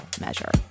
measure